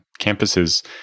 campuses